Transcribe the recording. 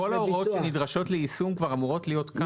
כל ההוראות שנדרשות ליישום כבר אמורות להיות כאן.